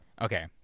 Okay